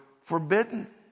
forbidden